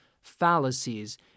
fallacies